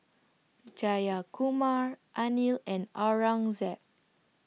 Jayakumar Anil and Aurangzeb